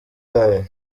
tayi